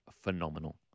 phenomenal